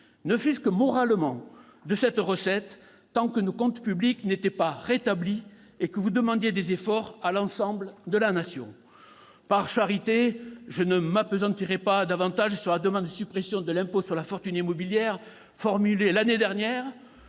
ne fût-ce que moralement, de cette recette tant que nos comptes publics n'étaient pas rétablis et que vous demandiez des efforts à l'ensemble de la Nation. Par charité, je ne m'appesantirai pas sur la demande de suppression de l'impôt sur la fortune immobilière, l'IFI, une demande